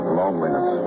loneliness